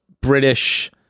British